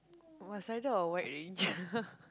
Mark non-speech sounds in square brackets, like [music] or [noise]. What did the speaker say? what size or what range [laughs]